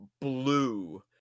blue